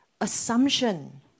assumption